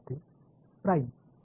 மாணவர் பிரைம்